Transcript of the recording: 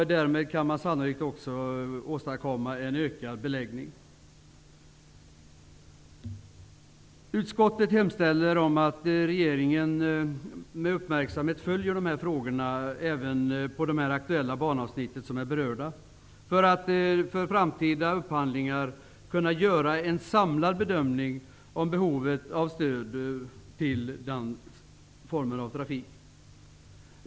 Därmed kan man sannolikt också åstadkomma en ökad beläggning. Utskottet hemställer om att regeringen med uppmärksamhet följer utvecklingen på de aktuella banavsnitten för att kunna göra en samlad bedömning om behovet av stöd till denna form av trafik för framtida upphandlingar.